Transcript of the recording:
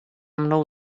mnou